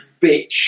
bitch